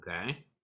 Okay